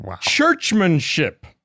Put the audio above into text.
churchmanship